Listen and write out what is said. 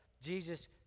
Jesus